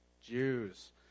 Jews